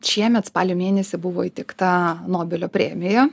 šiemet spalio mėnesį buvo įteikta nobelio premija